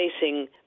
facing